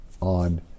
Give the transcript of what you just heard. on